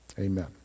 Amen